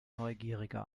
neugierige